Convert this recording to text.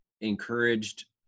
encouraged